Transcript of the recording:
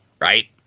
right